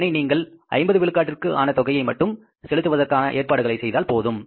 இதனால் நீங்கள் 50 விழுக்காட்டுக்கு ஆன தொகையை மட்டும் செலுத்துவதற்கான ஏற்பாடுகளை செய்தால் போதும்